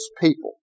people